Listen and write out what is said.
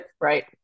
Right